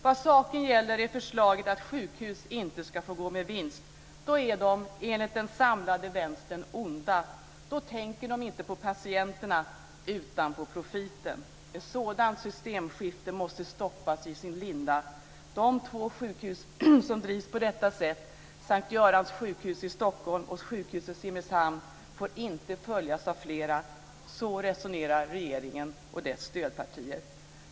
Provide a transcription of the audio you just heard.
Vad saken gäller är förslaget att sjukhus inte ska få gå med vinst. Då är de enligt den samlade vänstern onda. Då tänker de inte på patienterna utan på profiten. Ett sådant systemskifte måste stoppas i sin linda. De två sjukhus som drivs på detta sätt - S:t Görans sjukhus i Stockholm och sjukhuset i Simrishamn - får inte följas av flera. Så resonerar regeringen och dess stödpartier.